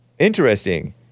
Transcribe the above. Interesting